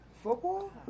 Football